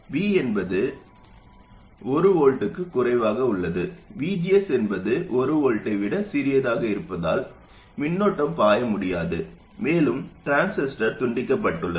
V என்பது 1 V க்கும் குறைவாக உள்ளது VGS என்பது 1 வோல்ட்டை விட சிறியதாக இருப்பதால் மின்னோட்டம் பாய முடியாது மேலும் டிரான்சிஸ்டர் துண்டிக்கப்பட்டுள்ளது